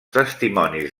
testimonis